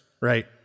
right